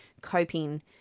coping